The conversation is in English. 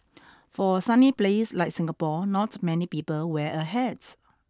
for a sunny place like Singapore not many people wear a hat